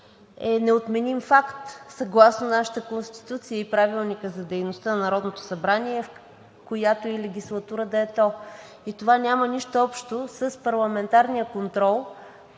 е неотменим факт съгласно нашата Конституция и Правилника за дейността на Народното събрание, в която и легислатура да е то. И това няма нищо общо с парламентарния контрол